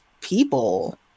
people